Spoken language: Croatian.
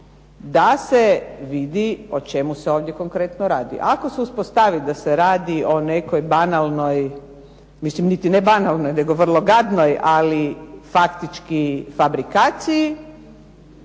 da se vidi o čemu se ovdje konkretno radi. Ako se uspostavi da se radi o nekoj banalnoj, mislim niti ne banalnoj nego vrlo gadnoj ali faktički fabrikaciji